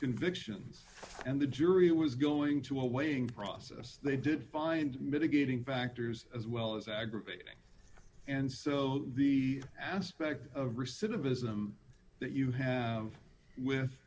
convictions and the jury was going to a weighing process they did find mitigating factors as well as aggravating and so the aspect of recidivism that you have with